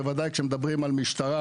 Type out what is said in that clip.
בוודאי כשמדברים על משטרה,